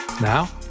Now